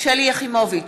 שלי יחימוביץ,